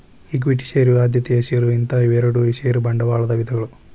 equity share ಆದ್ಯತೆಯ share ಅಂತ ಇವೆರಡು ಷೇರ ಬಂಡವಾಳದ ವಿಧಗಳು